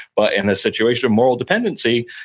but in a situation of moral dependency,